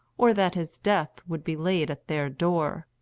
or that his death would be laid at their door.